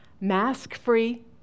Mask-free